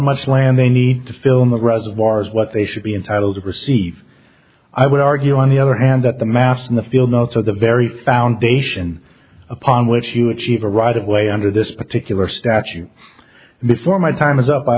much land they need to fill in the reservoir is what they should be entitled to receive i would argue on the other hand that the mass in the feel not so the very foundation upon which you achieve a right of way under this particular statute before my time is up i